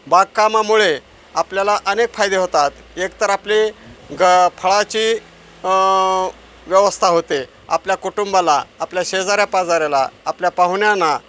बागकामामुळे आपल्याला अनेक फायदे होतात एकतर आपली ग फळाची व्यवस्था होते आपल्या कुटुंबाला आपल्या शेजाऱ्यापाजाऱ्याला आपल्या पाहुण्यांना